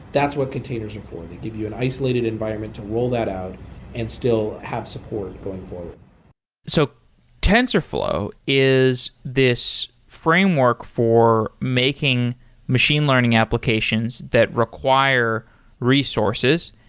that's what containers are for. they give you an isolated environment to roll that out and still have support going forward so tensorflow is this framework for making machine learning applications that require resources.